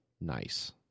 nice